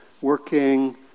working